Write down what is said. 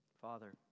Father